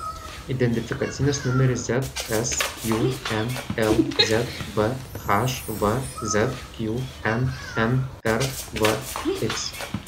identifikacinis numeris zsqm lzbh vzqn nrvx